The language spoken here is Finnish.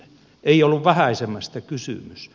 ei ollut vähäisemmästä kysymys